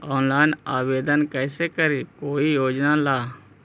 Online आवेदन कैसे करी कोई योजना ला?